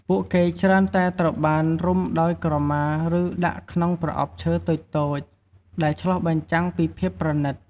ពួកគេច្រើនតែត្រូវបានរុំដោយ ក្រមា ឬដាក់ក្នុង ប្រអប់ឈើតូចៗ ដែលឆ្លុះបញ្ចាំងពីភាពប្រណិត។